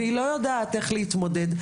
לא יודעת איך להתמודד.